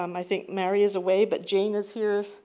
um i think mary is away but jane is here,